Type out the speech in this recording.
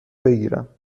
بگیرم